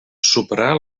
superar